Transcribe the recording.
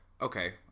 Okay